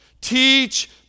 teach